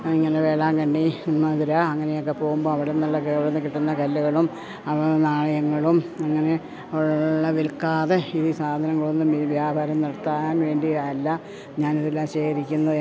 ഇങ്ങനെ വെള്ളാങ്കണ്ണി മധുര അങ്ങനെയൊക്കെ പോകുമ്പോൾ അവിടെ നിന്നുള്ള അവിടെ നിന്നു കിട്ടുന്ന കല്ലുകളും നാളയങ്ങളും അങ്ങനെ ഉള്ള വിൽക്കാതെ ഈ സാധനങ്ങളൊന്നും വ്യാപാരം നടത്താൻ വേണ്ടി അല്ല ഞാനിതെല്ലാം ശേഖരിക്കുന്നത് എൻറ്റെ